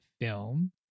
film